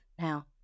now